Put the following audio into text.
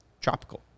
Tropical